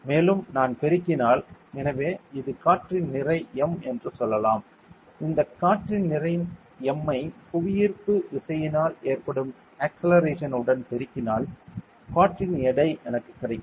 மேலும் நான் பெருகினால் எனவே இது காற்றின் நிறை m என்று சொல்லலாம் இந்த காற்றின் நிறை m ஐ புவியீர்ப்பு விசையினால் ஏற்படும் ஆக்ஸ்ல்செலரேஷன் உடன் பெருக்கினால் காற்றின் எடை எனக்கு கிடைக்கும்